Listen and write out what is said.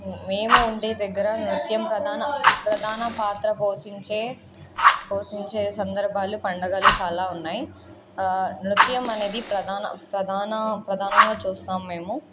మేము ఉండే దగ్గర ముఖ్యం ప్రధాన ప్రధాన పాత్ర పోషించే పోషించే సందర్భాలు పండుగలు చాలా ఉన్నాయి నృత్యం అనేది ప్రధాన ప్రధాన ప్రధానంగా చూస్తాం మేము